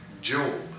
Job